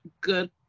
good